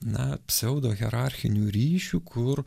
na pseudo hierarchinių ryšių kur